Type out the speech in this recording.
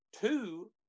two